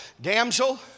damsel